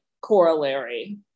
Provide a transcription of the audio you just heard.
corollary